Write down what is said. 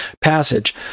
passage